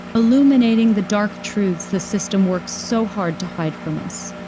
illuminating the dark truths the system works so hard to hide from us.